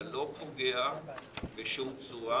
אבל לא פוגע בשום צורה,